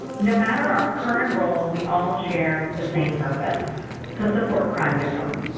no matter our current role, we all share the same purpose to support crime victims.